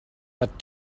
but